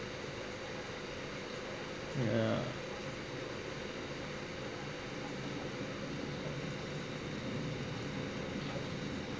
ya